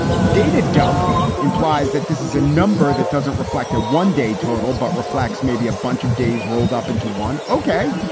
data dump implies that this is a number that doesn't reflect their one day total, but reflects maybe a bunch of days rolled up into one. ok,